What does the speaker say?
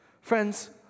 friends